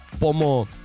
Pomo